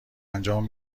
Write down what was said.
انجام